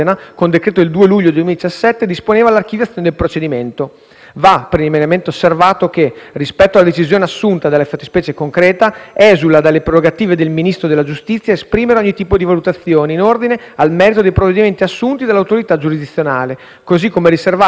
Va preliminarmente osservato che, rispetto alla decisione assunta nella fattispecie concreta, esula dalle prerogative del Ministro della giustizia esprimere ogni tipo di valutazione in ordine al merito dei provvedimenti assunti dall'autorità giurisdizionale, così come è riservata in via esclusiva all'autorità giudiziaria l'attività di interpretazione delle norme di diritto.